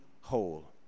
whole